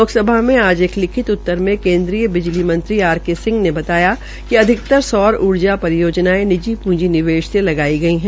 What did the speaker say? लोकसभा में आज एक लिखित उत्तर में केन्द्रीय बिजली मंत्री आर के सिंह ने कहा कि अधिकतर सौर ऊर्जा परियोजनायें निजी पूंजी निवेश से लगाई गई है